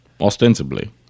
Ostensibly